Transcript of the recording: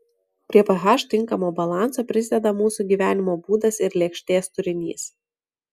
prie ph tinkamo balanso prisideda mūsų gyvenimo būdas ir lėkštės turinys